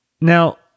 Now